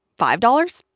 five dollars?